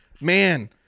Man